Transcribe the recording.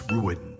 Ruined